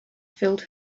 filled